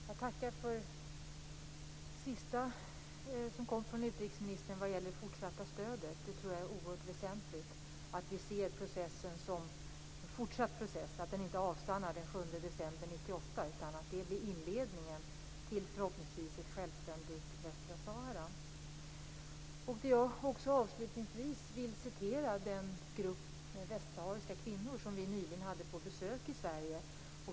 Herr talman! Jag tackar för det sista utrikesministern sade, om det fortsatta stödet. Det är oerhört väsentligt att vi ser det som en fortsatt process och att den inte avstannar den 7 december 1998. Den bör i stället förhoppningsvis bli inledningen till ett självständigt Västsahara. Avslutningsvis vill jag återge vad en grupp västsahariska kvinnor sade under sitt besök i Sverige.